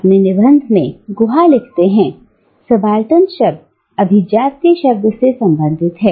अपने निबंध में गुहा लिखते हैं कि सबाल्टर्न शब्द अभिजात्य शब्द से संबंधित है